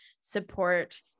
support